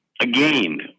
again